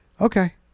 Okay